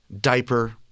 diaper